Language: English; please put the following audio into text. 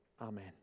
Amen